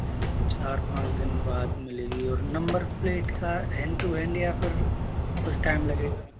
जी चार पाँच दिन बाद मिलेगी और नंबर प्लेट का हैण्ड टू हैण्ड या फिर कुछ टाइम लगेगा